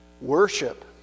Worship